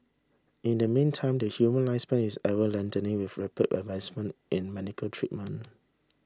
in the meantime the human lifespan is ever lengthening with rapid advancement in medical treatment